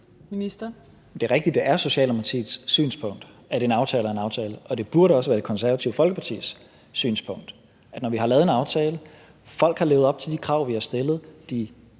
Det er rigtigt, at det er Socialdemokratiets synspunkt, at en aftale er en aftale, og det burde også være Det Konservative Folkepartis synspunkt. Når vi har lavet en aftale og folk har levet op til de krav, vi har stillet – de har